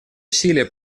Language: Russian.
усилия